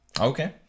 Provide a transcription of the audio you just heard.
Okay